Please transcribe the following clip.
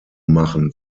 machen